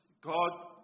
God